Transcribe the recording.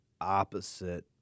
opposite